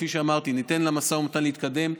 כפי שאמרתי: ניתן למשא ומתן להתקדם.